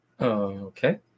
Okay